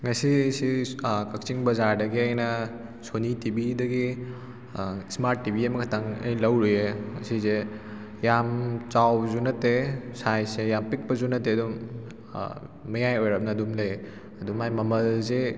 ꯉꯁꯤ ꯁꯤ ꯀꯛꯆꯤꯡ ꯕꯖꯥꯔꯗꯒꯤ ꯑꯩꯅ ꯁꯣꯅꯤ ꯇꯤꯚꯤꯗꯒꯤ ꯏꯁꯃꯥꯔꯠ ꯇꯤꯚꯤ ꯑꯃꯈꯇꯪ ꯑꯩꯅ ꯂꯧꯔꯨꯏꯌꯦ ꯑꯁꯤꯁꯦ ꯌꯥꯝ ꯆꯥꯎꯕꯁꯨ ꯅꯠꯇꯦ ꯁꯥꯏꯖꯁꯦ ꯌꯥꯝ ꯄꯤꯛꯄꯁꯨ ꯅꯠꯇꯦ ꯑꯗꯨꯝ ꯃꯌꯥꯏ ꯑꯣꯏꯔꯞꯅ ꯑꯗꯨꯝ ꯂꯩ ꯑꯗꯣ ꯃꯥꯏ ꯃꯃꯜꯁꯦ